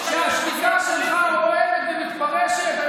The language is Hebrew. אתה משתמש בזה פוליטית.